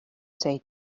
say